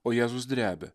o jėzus drebia